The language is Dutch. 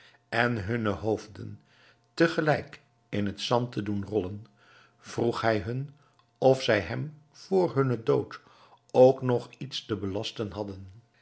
en hunne hoofden te gelijk in het zand te doen rollen vroeg hij hun of zij hem vr hunnen dood ook nog iets te belasten hadden